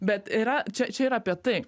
bet yra čia čia ir apie tai